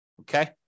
Okay